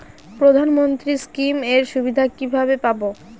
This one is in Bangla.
প্রধানমন্ত্রী স্কীম এর সুবিধা কিভাবে পাবো?